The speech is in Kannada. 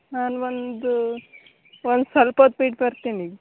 ನಾನು ಒಂದು ಒನ್ ಸ್ವಲ್ಪ ಹೊತ್ ಬಿಟ್ಟು ಬರ್ತೀನಿ